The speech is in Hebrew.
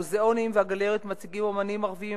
המוזיאונים והגלריות מציגים אמנים ערבים,